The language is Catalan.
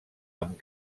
amb